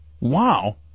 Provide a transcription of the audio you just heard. Wow